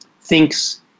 thinks